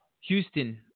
Houston